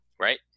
right